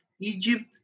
Egypt